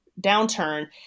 downturn